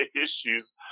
issues